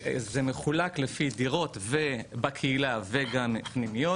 זה מחולק לפי דירות בקהילה וגם פנימיות.